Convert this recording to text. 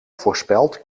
voorspeld